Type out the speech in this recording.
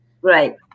Right